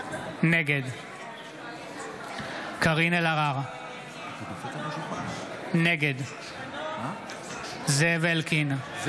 נגד קארין אלהרר, נגד זאב אלקין,